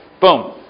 Boom